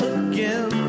again